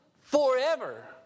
forever